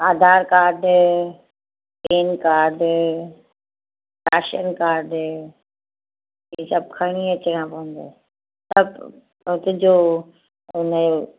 Aadhaar card PAN card ration card ही सभु खणी अचिणा पवंदव सभु हुओ तुंहिंजो हुनजो